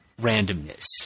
randomness